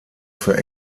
für